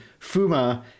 Fuma